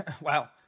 Wow